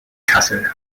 kassel